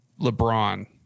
LeBron